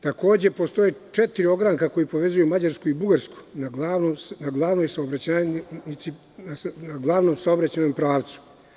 Takođe, postoje četiri ogranka koji povezuju Mađarsku i Bugarsku na glavnom saobraćajnom pravcu.